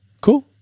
cool